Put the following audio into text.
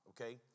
okay